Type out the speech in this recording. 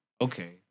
okay